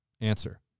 answer